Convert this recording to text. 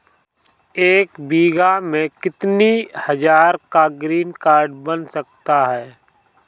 एक बीघा में कितनी हज़ार का ग्रीनकार्ड बन जाता है?